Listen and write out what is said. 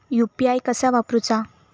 UPI कसा वापरूचा?